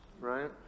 right